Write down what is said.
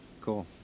Cool